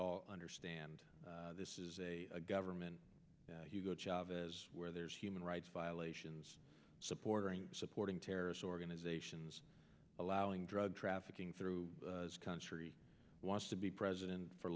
all understand this is a government hugo chavez where there's human rights violations supporting supporting terrorist organizations allowing drug trafficking through the country wants to be president for